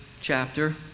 chapter